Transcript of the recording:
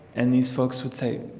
and these folks would say,